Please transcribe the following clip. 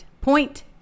Point